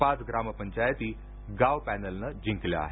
पाच ग्रामपंचायती गाव पॅनलनं जिंकल्या आहेत